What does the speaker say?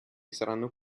saranno